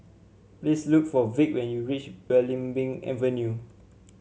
please look for Vic when you reach Belimbing Avenue